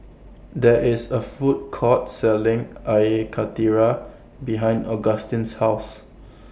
There IS A Food Court Selling Air Karthira behind Augustin's House